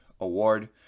award